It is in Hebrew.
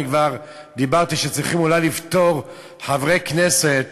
כבר אמרתי שצריכים אולי לפטור חברי כנסת